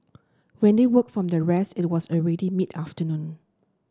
when they woke from their rest it was already mid afternoon